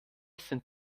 sind